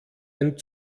ein